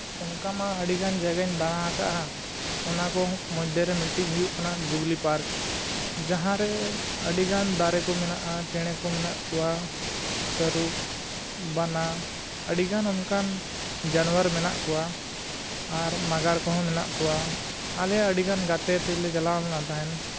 ᱚᱱᱠᱟᱢᱟ ᱟᱹᱰᱤᱜᱟᱱ ᱡᱟᱭᱜᱟᱧ ᱫᱟᱬᱟ ᱟᱠᱟᱫᱼᱟ ᱚᱱᱟ ᱠᱚ ᱢᱚᱫᱽᱫᱷᱮ ᱨᱮ ᱢᱤᱫᱴᱟᱝ ᱦᱩᱭᱩᱜ ᱠᱟᱱᱟ ᱡᱩᱵᱽᱞᱤ ᱯᱟᱨᱠ ᱡᱟᱦᱟᱸ ᱨᱮ ᱟᱹᱰᱤ ᱜᱟᱱ ᱫᱟᱨᱮ ᱠᱚ ᱢᱮᱱᱟᱜᱼᱟ ᱪᱮᱬᱮ ᱠᱚ ᱢᱮᱱᱟᱜ ᱠᱚᱣᱟ ᱛᱟᱹᱨᱩᱵ ᱵᱟᱱᱟ ᱟᱹᱰᱤ ᱜᱟᱱ ᱚᱱᱠᱟᱱ ᱡᱟᱱᱩᱣᱟᱨ ᱢᱮᱱᱟᱜ ᱠᱚᱣᱟ ᱟᱨ ᱢᱟᱜᱟᱲ ᱠᱚᱦᱚᱸ ᱢᱮᱱᱟᱜ ᱠᱚᱣᱟ ᱟᱞᱮ ᱟᱹᱰᱤ ᱜᱟᱱ ᱜᱟᱛᱮ ᱛᱮᱞᱮ ᱪᱟᱞᱟᱣ ᱞᱮᱱᱟ ᱛᱟᱦᱮᱫ